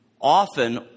often